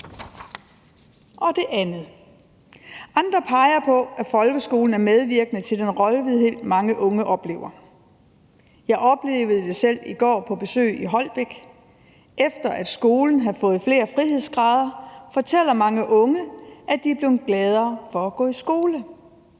Andre peger på, at folkeskolen er medvirkende til den rådvildhed, mange unge oplever. Jeg oplevede det selv i går på besøg i Holbæk. Efter at skolen har fået flere frihedsgrader, fortæller mange unge, at de er blevet gladere for at gå i skole.